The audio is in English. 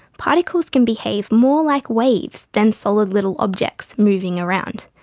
particles can behave more like waves than solid little objects moving around.